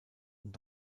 und